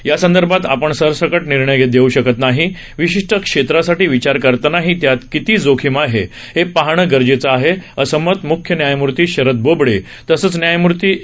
यासंदर्भात आपण सरसकट निर्णय देऊ शकत नाही विशिष्ट क्षेत्रासाठी विचार करतानाही त्यात किती जोखीम आहे ते पाहणं गरजेचं आहे असं मत म्ख्य न्यायमूर्ती शरद बोबडे तसंच न्यायमूर्ती ए